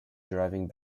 driving